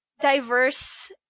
diverse